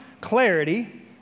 clarity